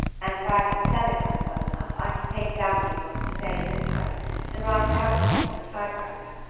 and if i can stenograph well enough i can take down what he wants to say in this way and write it out for him on the typewriter,